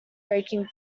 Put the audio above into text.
breaking